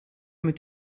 mit